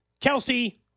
Kelsey